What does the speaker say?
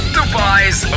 Dubai's